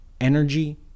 Energy